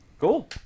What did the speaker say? Cool